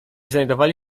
znajdowali